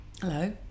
Hello